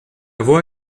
voix